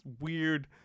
weird